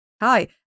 Hi